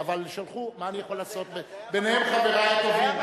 אבל שלחו, מה אני יכול לעשות, ביניהם חברי הטובים.